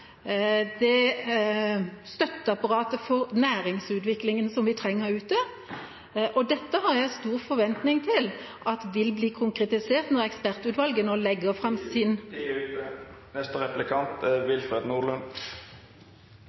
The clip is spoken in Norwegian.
det støtteapparatet for næringsutviklingen som vi trenger der ute , og dette har jeg stor forventning til at vil bli konkretisert når ekspertutvalget nå legger fram sin … Tida er